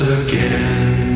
again